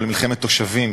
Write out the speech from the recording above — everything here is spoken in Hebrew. אבל מלחמת תושבים,